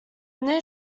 new